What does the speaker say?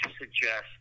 suggest